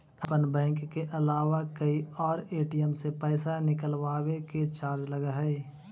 अपन बैंक के अलावा कोई और ए.टी.एम से पइसा निकलवावे के चार्ज लगऽ हइ